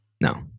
No